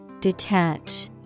Detach